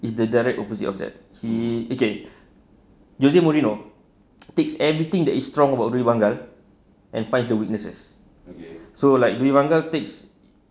is the direct opposite of that he okay usually merino takes everything that is strong about louis van gaal and finds the witnesses so like louis van gaal takes